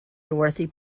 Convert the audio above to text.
dorothy